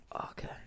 Okay